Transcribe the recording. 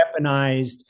weaponized